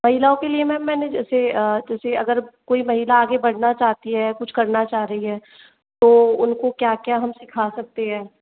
महिलाओं के लिए मैम मैंने जैसे जैसे अगर कोई महिला आगे बढ़ना चाहती है कुछ करना चाह रही है तो उनको क्या क्या हम सिखा सकते हैं